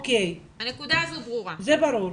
זה ברור.